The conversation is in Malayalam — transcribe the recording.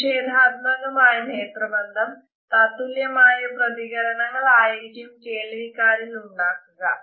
നിഷേധാത്മകമായ നേത്രബന്ധം തത്തുല്യമായ പ്രതികരണങ്ങൾ ആയിരിക്കും കേൾവികാരിൽ ഉണ്ടാക്കുക